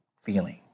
feeling